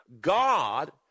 God